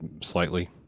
slightly